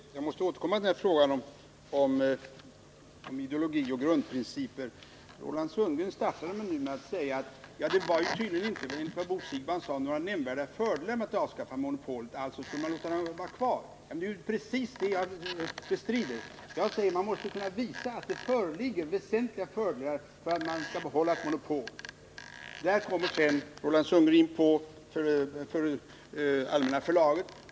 Fru talman! Jag måste återkomma till frågan om ideologi och grundprinciper. Roland Sundgren började sin replik med att säga att det tydligen inte följer några nämnvärda fördelar med att avskaffa monopolet — alltså skall man låta det vara kvar. Det är ju precis det jag bestrider, när jag säger att man måste kunna visa att det föreligger väsentliga fördelar för att man skall behålla ett monopol. Sedan kom Roland Sundgren in på Allmänna Förlaget.